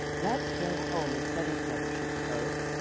let's go home and study together, she proposed.